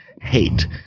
Hate